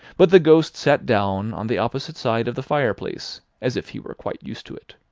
but the ghost sat down on the opposite side of the fireplace, as if he were quite used to it.